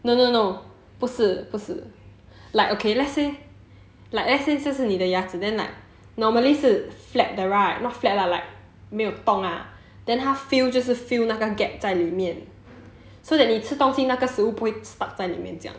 no no no 不是不是 like okay let's say like let's say 这是你的牙齿 then like normally 是 flat 的 right not flat lah like 没有洞 lah then 他 fill 就是 fill 那个 gap 在里面 so that 你吃东西那个食物不会 stuck 在里面